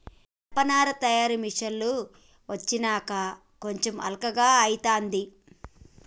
జనపనార తయారీ మిషిన్లు వచ్చినంక కొంచెం అల్కగా అయితాంది